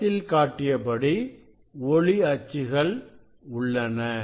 படத்தில் காட்டியபடி ஒளி அச்சுகள் உள்ளன